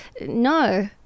No